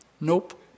Nope